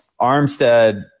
Armstead